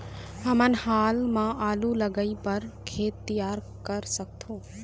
हमन हाल मा आलू लगाइ बर खेत तियार कर सकथों?